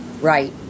Right